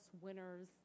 winners